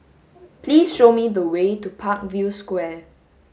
please show me the way to Parkview Square